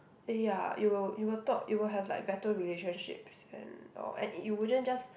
ya you will you will thought you will have like better relationships and or and uh you wouldn't just